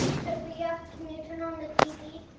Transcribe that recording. sophia, can you turn on the tv?